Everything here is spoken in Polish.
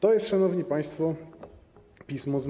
To jest, szanowni państwo, pismo